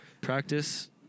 Practice